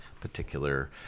particular